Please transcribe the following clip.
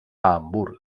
hamburg